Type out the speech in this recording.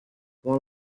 one